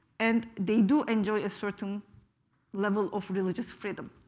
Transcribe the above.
and they do enjoy a certain level of religious freedom.